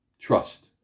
Trust